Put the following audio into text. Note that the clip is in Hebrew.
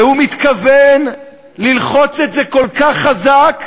והוא מתכוון ללחוץ את זה כל כך חזק,